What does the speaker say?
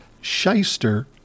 shyster